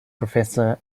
professor